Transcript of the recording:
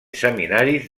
seminaris